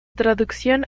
traducción